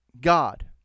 God